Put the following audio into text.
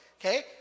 Okay